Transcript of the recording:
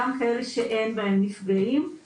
גם כאלה שאין בהן נפגעים,